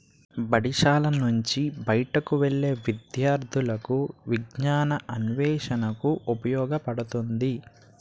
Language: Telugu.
బడిశాల నుంచి బయటకు వెళ్లే విద్యార్థులకు విజ్ఞానాన్వేషణకు ఉపయోగపడుతుంది